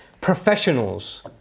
Professionals